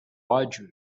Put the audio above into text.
ódio